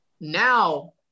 now